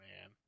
man